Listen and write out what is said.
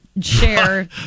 share